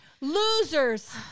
Losers